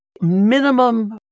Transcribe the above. minimum